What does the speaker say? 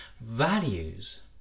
values